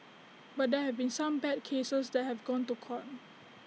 but there have been some bad cases that have gone to court